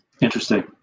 Interesting